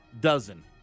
dozen